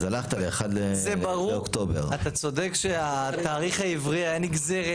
אתה צודק שהתאריך העברי היה נגזרת